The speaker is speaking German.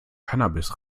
cannabis